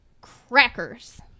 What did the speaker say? crackers